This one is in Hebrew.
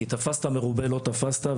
כי תפסת מרובה לא תפסת,